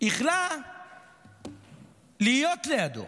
ייחלה להיות לידו,